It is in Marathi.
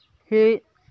हे